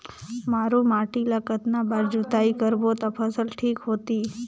मारू माटी ला कतना बार जुताई करबो ता फसल ठीक होती?